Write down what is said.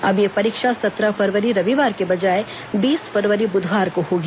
अब यह परीक्षा सत्रह फरवरी रविवार के बजाए बीस फरवरी बुधवार को होगी